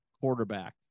quarterback